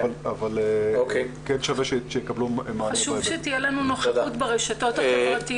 חשוב שתהיה לנו נוכחות ברשתות החברתיות.